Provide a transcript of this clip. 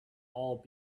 all